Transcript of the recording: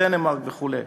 דנמרק וכו'.